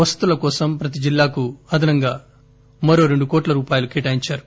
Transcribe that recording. వసతుల కోసం ప్రతి జిల్లాకు అదనంగా రెండు కోట్ల రూపాయలు కేటాయిందారు